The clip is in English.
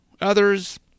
Others